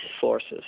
forces